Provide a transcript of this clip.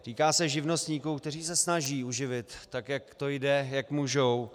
Týká se živnostníků, kteří se snaží uživit, tak jak to jde, jak můžou.